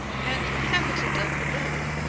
an inhabitant of the moon,